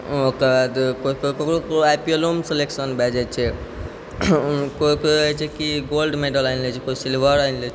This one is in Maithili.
ओकरबाद कोइ ककरो ककरो आइपीएलोमे सेलेक्शन भऽ जाइ छै कोइ कोइ होइ छै की गोल्ड मेडल आनि लै छै कोइ सिल्वर आनि लै छै